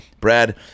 Brad